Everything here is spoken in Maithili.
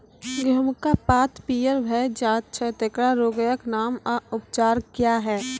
गेहूँमक पात पीअर भअ जायत छै, तेकरा रोगऽक नाम आ उपचार क्या है?